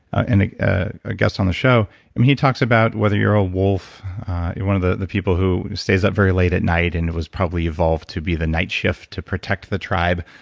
and ah ah a guest on the show, when he talks about whether you're a wolf in one of the the people who stays up very late at night and it was probably evolved to be the night shift to protect the tribe,